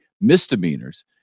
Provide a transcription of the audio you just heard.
misdemeanors